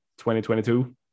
2022